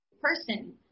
person